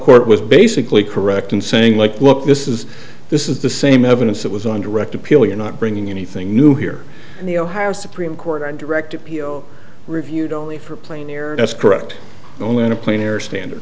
court was basically correct in saying like look this is this is the same evidence that was on direct appeal you're not bringing anything new here in the ohio supreme court on direct appeal reviewed only for plane that's correct only in a plane air standard